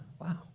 wow